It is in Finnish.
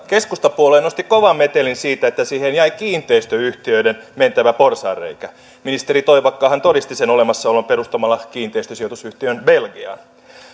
keskustapuolue nosti kovan metelin siitä että siihen jäi kiinteistöyhtiöiden mentävä porsaanreikä ministeri toivakkahan todisti sen olemassaolon perustamalla kiinteistösijoitusyhtiön belgiaan